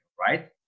Right